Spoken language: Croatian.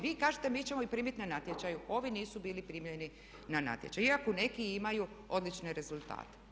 Vi kažete mi ćemo ih primiti na natječaju, ovi nisu bili primljeni na natječaju, iako neki imaju odlične rezultate.